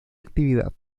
actividad